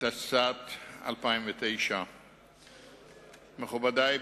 התשס”ט 2009. מכובדי,